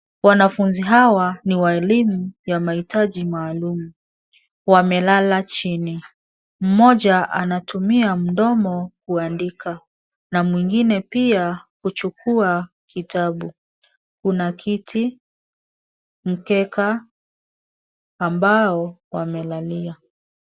Wanafunzi hawa ni wa elimu ya mahitaji maalum. Wamelala chini. Mmoja anatumia mdomo kuandika na mwingine pia kuchukua kitabu. Kuna kiti, mkeka ambao wamelalia.